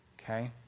okay